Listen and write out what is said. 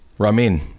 Ramin